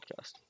podcast